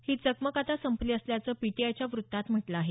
ही चकमक आता संपली असल्याचं पीटीआयच्या व्त्तात म्हटलं आहे